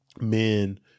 men